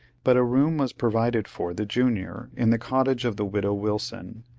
but a room was provided for the junior in the cottage of the widow wilson,